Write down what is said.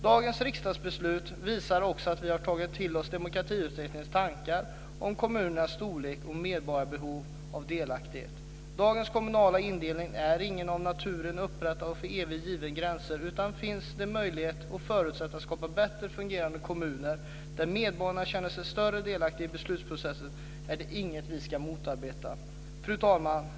Dagens riksdagsbeslut visar också att vi har tagit till oss Demokratiutredningens tankar om kommunernas storlek och om medborgarnas behov av delaktighet. Dagens kommunindelningar betyder inte att det är av naturen upprättade och för evigt givna gränser, utan finns det möjligheter och förutsättningar att skapa bättre fungerande kommuner där medborgarna känner en större delaktighet i beslutsprocessen är det inte något som vi ska motarbeta. Fru talman!